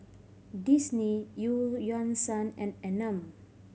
Disney Eu Yan Sang and Anmum